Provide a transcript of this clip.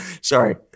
Sorry